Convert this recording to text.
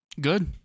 good